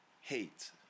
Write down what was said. hate